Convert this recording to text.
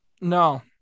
No